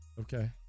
Okay